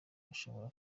bashobora